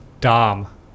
Dom